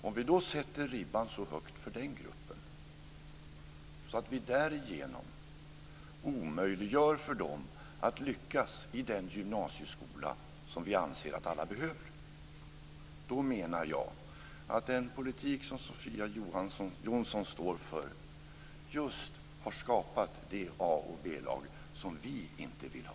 Om vi då sätter ribban så högt för den gruppen, så att vi därigenom omöjliggör för dem att lyckas i den gymnasieskola vi anser att alla behöver, menar jag att den politik som Sofia Jonsson står för har skapat det A och B-lag som vi inte vill ha.